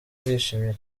ndishimye